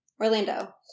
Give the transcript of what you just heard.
Orlando